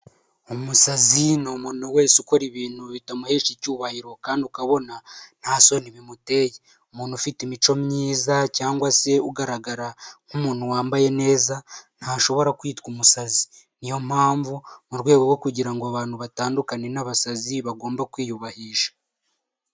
Umusazi ni umuntu wese ukora ibintu bitamuhesha icyubahiro kandi ukabona nta soni bimuteye, umuntu ufite imico myiza cyangwa se ugaragara nk'umuntu wambaye neza ntashobora kwitwa umusazi, niyo mpamvu mu rwego rwo kugira ngo abantu batandukane n'abasazi bagomba kwiyubahisha.